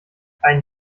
ein